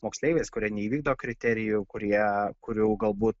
moksleiviais kurie neįvykdo kriterijų kurie kurių galbūt